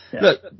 Look